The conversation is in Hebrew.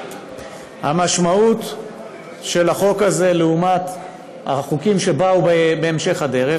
המשמעות של החוק הזה לעומת החוקים שבאו בהמשך הדרך,